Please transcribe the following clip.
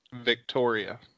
Victoria